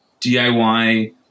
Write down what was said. DIY